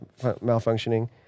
malfunctioning